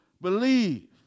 believe